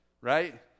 Right